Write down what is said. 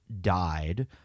died